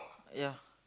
ya